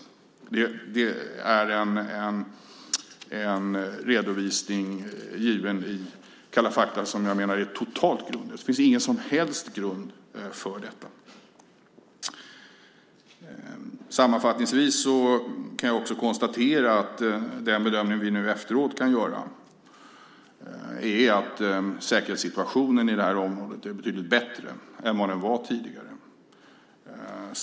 Det är en redovisning, given i Kalla fakta, som jag menar är totalt grundlös. Det finns ingen som helst grund för detta. Sammanfattningsvis konstaterar jag att den bedömning vi nu efteråt kan göra är att säkerhetssituationen i det här området är betydligt bättre än vad den var tidigare.